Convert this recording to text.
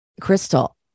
Crystal